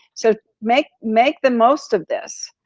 so make make the most of this.